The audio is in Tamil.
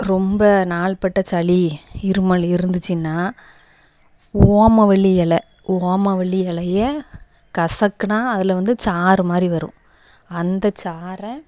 ரொம்ப நாள்பட்ட சளி இருமல் இருந்துச்சுன்னா ஓமவல்லி இல ஓமவல்லி இலைய கசக்கினா அதில் வந்து சாறு மாதிரி வரும் அந்த சாறை